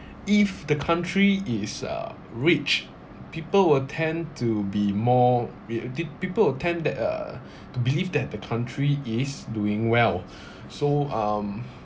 if the country is uh rich people will tend to be more we uh did people will tend that uh to believe that the country is doing well so um